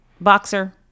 boxer